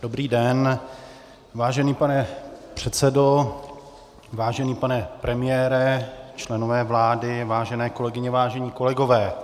Dobrý den, vážený pane předsedo, vážený pane premiére, členové vlády, vážené kolegyně, vážení kolegové.